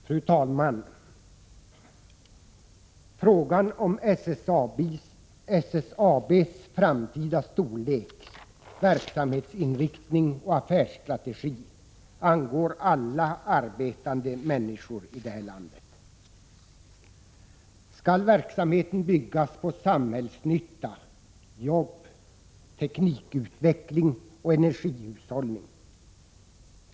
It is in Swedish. Fru talman! Frågan om SSAB:s framtida storlek, verksamhetsinriktning och affärsstrategi angår alla arbetande människor i det här landet. Skall verksamheten byggas på samhällsnytta, jobb, teknikutveckling och energihushållning?